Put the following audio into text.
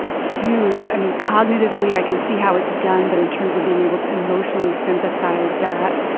huge i mean, cognitively i can see how it's done, but in terms of being able to emotionally synthesize that,